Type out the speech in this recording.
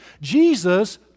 Jesus